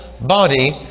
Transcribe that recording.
body